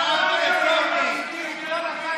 לא אני אמרתי.